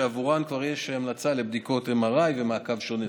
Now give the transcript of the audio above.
שעבורן כבר יש המלצה לבדיקות MRI ומעקב שונה,